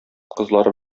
кызлары